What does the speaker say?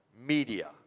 media